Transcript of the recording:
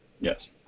Yes